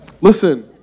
Listen